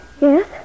Yes